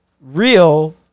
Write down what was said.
real